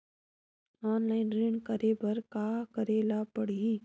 Online ऋण करे बर का करे ल पड़हि?